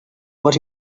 what